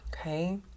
Okay